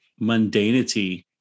mundanity